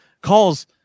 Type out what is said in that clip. calls